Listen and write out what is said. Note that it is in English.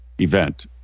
event